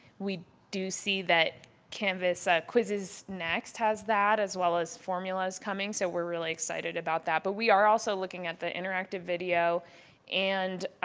we do see that canvas quizzes next has that as well as formulas coming, so we're really excited about that. but we are also looking at the interactive video and